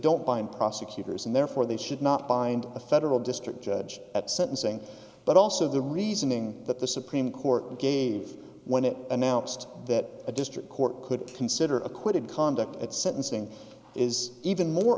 don't bind prosecutors and therefore they should not bind the federal district judge at sentencing but also the reasoning that the supreme court gave when it announced that a district court could consider acquited conduct at sentencing is even more